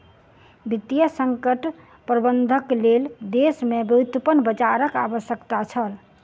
वित्तीय संकट प्रबंधनक लेल देश में व्युत्पन्न बजारक आवश्यकता छल